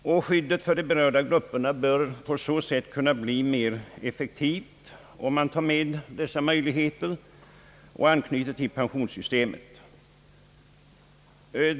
Skyddet för de berörda grupperna bör bli mer effektivt, om man tar med dessa möjligheter att anknyta till pensionssystemet.